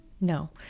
No